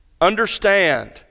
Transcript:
Understand